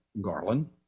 Garland